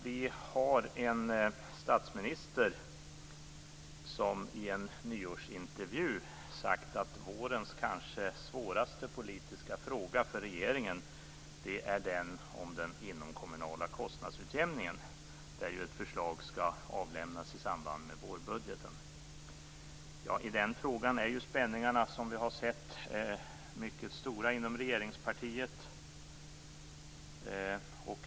Vi har en statsminister som i en nyårsintervju sagt att vårens kanske svåraste politiska fråga för regeringen är den om den inomkommunala kostnadsutjämningen. Ett förslag skall lämnas i samband med vårbudgeten. I den frågan är spänningarna, som vi har sett, mycket stora inom regeringspartiet.